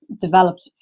developed